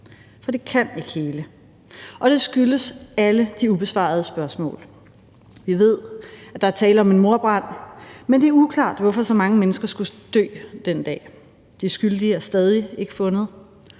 for det kan ikke hele. Og det skyldes alle de ubesvarede spørgsmål. Vi ved, at der er tale om en mordbrand, men det er uklart, hvorfor så mange mennesker skulle dø den dag. De skyldige er stadig ikke fundet,